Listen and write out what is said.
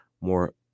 more